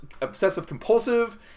obsessive-compulsive